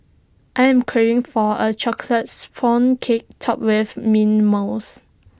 I am craving for A Chocolate Sponge Cake Topped with Mint Mousse